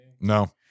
No